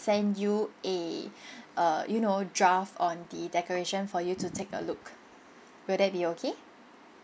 send you a err you know draft on the decoration for you to take a look will that be okay